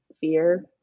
fear